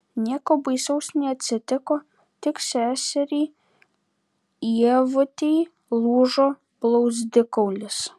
nieko baisaus neatsitiko tik seseriai ievutei lūžo blauzdikaulis